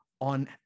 On